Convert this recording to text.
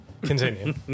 Continue